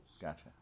Gotcha